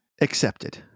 Accepted